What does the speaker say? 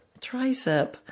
tricep